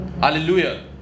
Hallelujah